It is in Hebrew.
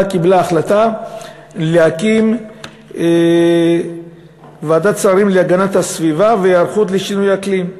קיבלה החלטה להקים ועדת שרים להגנת הסביבה והיערכות לשינוי אקלים,